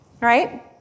right